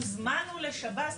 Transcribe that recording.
הוזמנו לשב"ס,